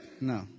no